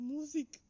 Music